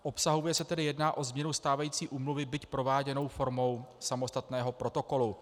Obsahově se tedy jedná o změnu stávající úmluvy, byť prováděnou formou samostatného protokolu.